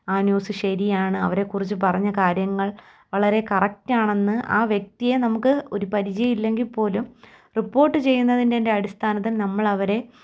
ആ ന്യൂസ് ശരിയാണ് അവരെക്കുറിച്ചു പറഞ്ഞ കാര്യങ്ങൾ വളരെ കറക്റ്റാണെന്ന് ആ വ്യക്തിയെ നമുക്ക് ഒരു പരിചയം ഇല്ലെങ്കിൽ പോലും റിപ്പോർട്ട് ചെയ്യുന്നതിൻ്റെ അടിസ്ഥാനത്തിൽ നമ്മളവരെ